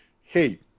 hey